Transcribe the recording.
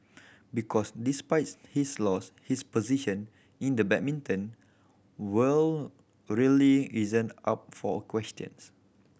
because despite his loss his position in the badminton world really isn't up for questions